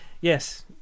yes